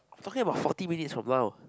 I talking about forty minutes from now